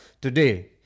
today